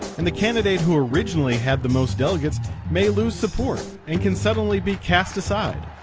and the candidate who originally have the most delegates may lose support and can suddenly be cast aside.